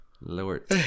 Lord